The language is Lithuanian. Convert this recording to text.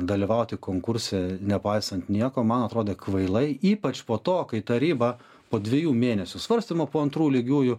dalyvauti konkurse nepaisant nieko man atrodo kvailai ypač po to kai taryba po dviejų mėnesių svarstymo po antrų lygiųjų